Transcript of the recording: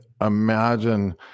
imagine